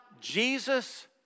Jesus